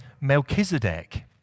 Melchizedek